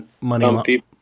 money